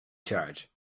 charge